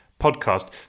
podcast